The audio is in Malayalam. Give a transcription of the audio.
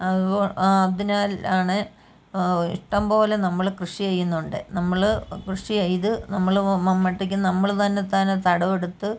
അതുകൊണ്ട് അതിനാൽ ആണ് ഇഷ്ടംപോലെ നമ്മൾ കൃഷി ചെയ്യുന്നുണ്ട് നമ്മൾ കൃഷി ചെയ്ത് നമ്മൾ മൺവെട്ടിക്ക് നമ്മൾ തന്നെത്താനെ തടം എടുത്ത്